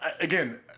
Again